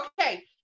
okay